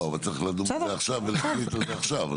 אבל צריך לדון בזה עכשיו ולהחליט על זה עכשיו.